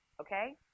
okay